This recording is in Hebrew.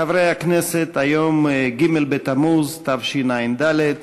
הכנסת, היום ג' בתמוז תשע"ד,